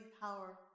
power